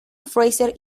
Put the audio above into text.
fraser